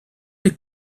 est